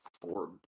Ford